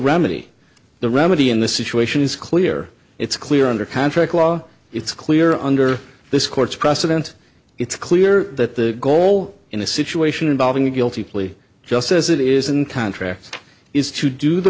remedy the remedy in the situation is clear it's clear under contract law it's clear under this court's precedent it's clear that the goal in a situation involving a guilty plea just as it is in contracts is to do the